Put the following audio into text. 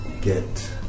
get